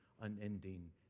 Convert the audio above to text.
unending